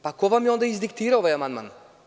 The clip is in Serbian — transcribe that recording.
Pa, ko vam je onda izdiktirao ovaj amandman?